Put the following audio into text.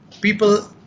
people